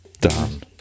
done